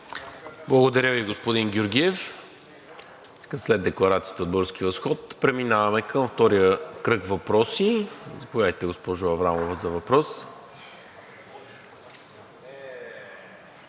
Благодаря Ви, господин Георгиев. След декларацията от „Български възход“ преминаваме към втория кръг въпроси. Заповядайте, госпожо Аврамова, за въпрос.